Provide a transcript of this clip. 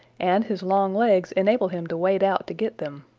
and his long legs enable him to wade out to get them.